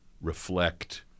reflect